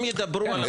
הם ידברו על החוק.